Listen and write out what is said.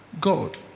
God